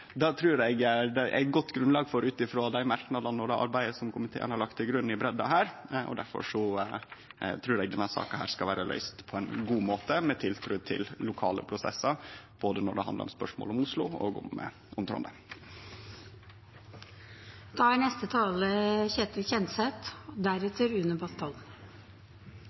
Det trur eg det er godt grunnlag for ut frå dei merknadene og det arbeidet som komiteen har lagt til grunn i breidda her. Difor trur eg denne saka skal vere løyst på ein god måte med tiltru til lokale prosessar, når det handlar om spørsmål både om Oslo og om Trondheim. Først av alt vil jeg si at jeg synes det er